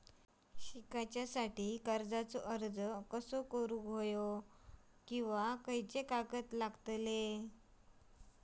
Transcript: शिकाच्याखाती कर्ज अर्ज कसो करुचो कीवा कसले कागद लागतले?